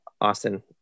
Austin